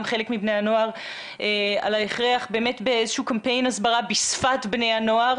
חלק מבני הנוער על ההכרח באיזה שהוא קמפיין הסברה בשפת בני הנוער,